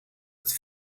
het